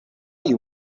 you